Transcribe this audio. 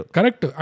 Correct